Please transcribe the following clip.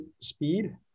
speed